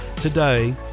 today